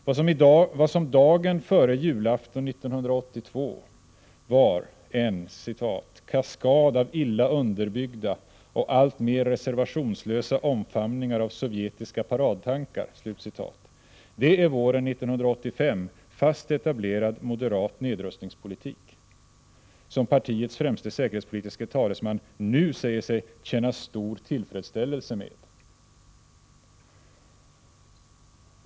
Vad som dagen före julafton 1982 var en ”kaskad av illa underbyggda och alltmer reservationslösa omfamningar av sovjetiska paradtankar” är våren 1985 fast etablerad moderat nedrustningspolitik, som partiets främste säkerhetspolitiske talesman nu säger sig ”känna stor tillfredsställelse med”.